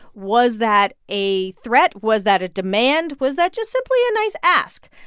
was that a threat? was that a demand? was that just simply a nice ask?